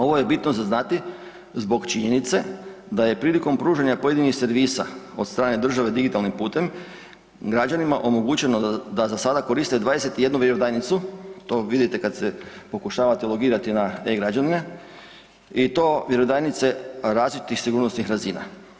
Ovo je bitno za znati zbog činjenice da je prilikom pružanja pojedinih servisa od strane države digitalnim putem građanima omogućeno da za sada koriste 21 vjerodajnicu to vidite kada se pokušavate logirati na e-građane i to vjerodajnice različitih sigurnosnih razina.